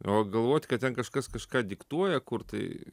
o galvoti kad ten kažkas kažką diktuoja kur tai